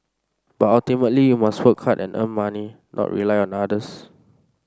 but ultimately you must work hard and earn money not rely on others